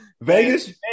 Vegas